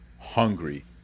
hungry